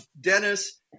Dennis